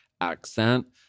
accent